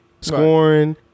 scoring